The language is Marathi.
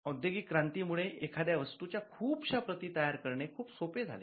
औद्योगिकरणामुळे एखाद्या वस्तूच्या खुपशा प्रती तयार करणे खूप सोपे झाले